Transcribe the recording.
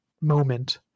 moment